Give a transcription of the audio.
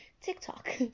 tiktok